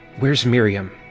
where's miriam?